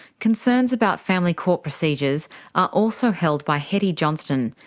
concerns about family court procedures are also held by hetty johnston,